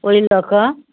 ओहि लऽ कऽ